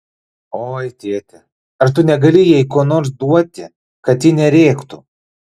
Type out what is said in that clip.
oi tėte ar tu negali jai ko nors duoti kad ji nerėktų